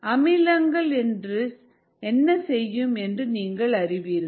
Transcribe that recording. அமிலங்கள் என்ன செய்யும் என்று நீங்கள் அறிவீர்கள்